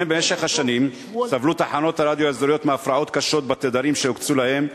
במשך השנים סבלו תחנות הרדיו האזוריות מהפרעות קשות בתדרים שהוקצו להן,